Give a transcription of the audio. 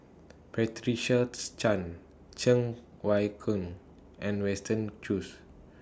Patricia's Chan Cheng Wai Keung and Winston Choos